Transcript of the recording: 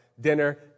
Dinner